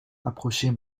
approchait